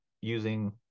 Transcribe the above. using